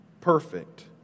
perfect